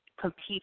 compete